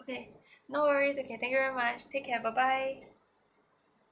okay no worries okay thank you very much take care bye bye